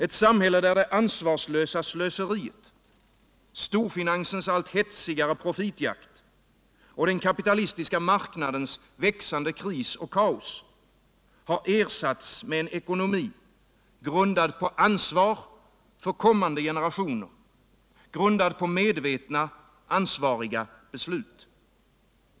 Ett samhälle där det ansvarslösa slöseriet, storfinansens allt hetsigare profitjakt och den kapitalistiska marknadens växande kris och kaos har ersatts av en ekonomi, grundad på ansvar för kommande generationer, grundad på medvetna ansvariga beslut.